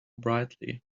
brightly